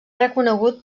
reconegut